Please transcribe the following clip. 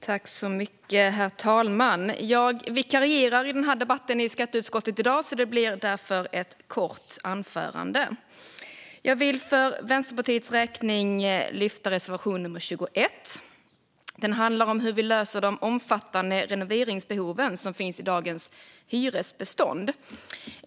Herr talman! Jag vikarierar i den här debatten med skatteutskottet i dag, så det blir ett kort anförande. Jag vill för Vänsterpartiets räkning lyfta reservation nummer 21. Den handlar om hur vi löser de omfattande renoveringsbehov som finns i dagens hyresbestånd.